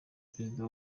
perezida